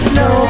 no